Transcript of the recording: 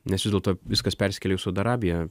nes vis dėl to viskas persikėlė į saudo arabiją